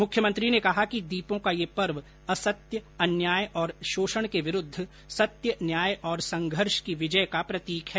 मुख्यमंत्री ने कहा कि दीपों का यह पर्व असत्य अन्याय और शोषण के विरूद्व सत्य न्याय और संघर्ष की विजय का उत्सव है